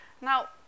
Now